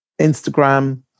Instagram